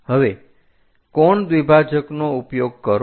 હવે કોણ દ્વિભાજકનો ઉપયોગ કરો